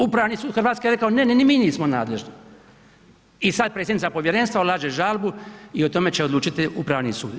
Upravni sud Hrvatske rekao ne, ne ni mi nismo nadležni i sada predsjednica povjerenstva ulaže žalbu i o tome će odlučiti Upravni sud.